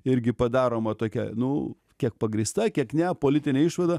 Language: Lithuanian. irgi padaroma tokia nu kiek pagrįsta kiek ne politinė išvada